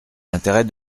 l’intérêt